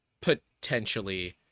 potentially